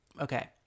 Okay